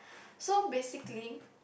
so basically